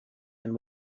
and